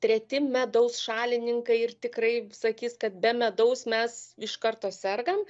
treti medaus šalininkai ir tikrai sakys kad be medaus mes iš karto sergam